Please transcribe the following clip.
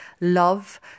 love